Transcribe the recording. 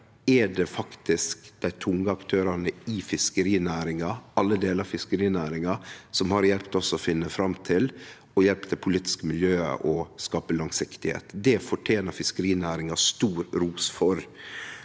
er det faktisk dei tunge aktørane i fiskerinæringa, alle delar av fiskerinæringa, som har hjelpt oss med å finne fram til. Dei har hjelpt det politiske miljøet med å skape langsiktigheit. Det fortener fiskerinæringa stor ros for.